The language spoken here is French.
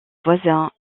voisin